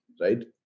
right